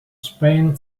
spain